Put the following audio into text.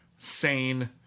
sane